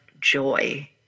joy